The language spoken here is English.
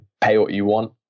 pay-what-you-want